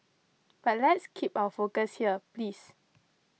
but let's keep our focus here please